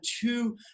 two